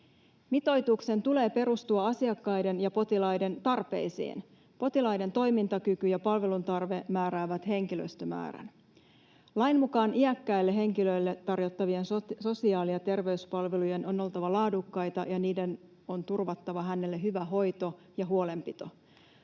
Mitoituksen tulee perustua asiakkaiden ja potilaiden tarpeisiin. Potilaiden toimintakyky ja palveluntarve määräävät henkilöstömäärän. Lain mukaan iäkkäille henkilöille tarjottavien sosiaali- ja terveyspalvelujen on oltava laadukkaita ja niiden on turvattava heille hyvä hoito ja huolenpito.